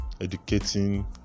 educating